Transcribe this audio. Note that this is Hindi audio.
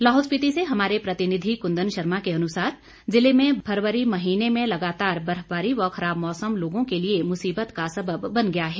लाहौल स्पीति से हमारे प्रतिनिधि कुंदन शर्मा के अनुसार ज़िले में फरवरी महीने में लगातार बर्फबारी व खराब मौसम लोगों के लिए मुसिबत का सबब बन गया है